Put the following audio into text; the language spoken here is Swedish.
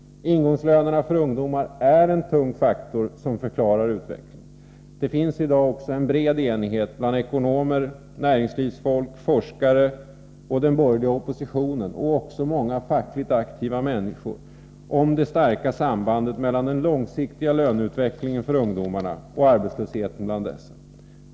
Ingångslönerna för ungdomar är en tung faktor som förklarar utvecklingen. Det finns i dag en bred enighet bland ekonomer, näringslivsfolk, forskare, inom den borgerliga oppositionen och även bland många fackligt aktiva människor om det starka sambandet mellan den långsiktiga löneutvecklingen för ungdomarna och arbetslösheten bland dessa.